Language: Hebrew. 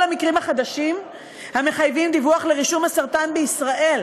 המקרים החדשים המחייבים דיווח לרישום הסרטן בישראל,